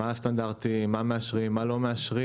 מהם הסטנדרטים; מה מאשרים; מה לא מאשרים,